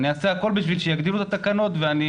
אני אעשה הכל כדי שיתקנו את התקנות ואני